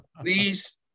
Please